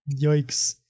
Yikes